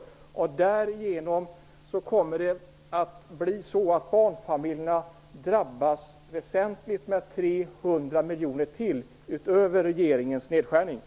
Därigenom kommer barnfamiljerna att väsentligen drabbas med ytterligare 300